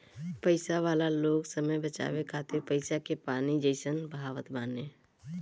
पईसा वाला लोग समय बचावे खातिर पईसा के पानी जइसन बहावत बाने